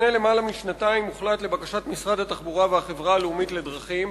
לפני יותר משנתיים הוחלט לבקשת משרד התחבורה והחברה הלאומית לדרכים,